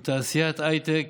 עם תעשיית הייטק